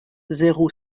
zéro